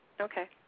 Okay